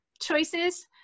choices